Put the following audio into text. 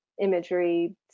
imagery